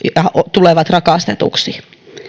tulevat rakastetuiksi